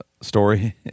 story